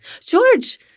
george